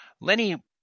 lenny